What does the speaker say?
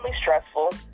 stressful